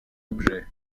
objet